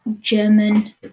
German